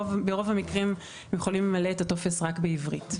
ברוב המקרים הם יכולים למלא את הטופס רק בעברית.